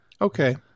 Okay